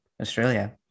Australia